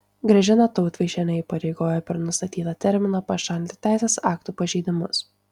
gražiną tautvaišienę įpareigojo per nustatytą terminą pašalinti teisės aktų pažeidimus